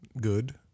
good